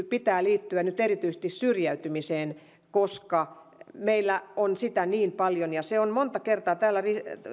pitää liittyä nyt erityisesti syrjäytymiseen koska meillä on sitä niin paljon ja kun täällä